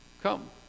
Come